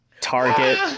Target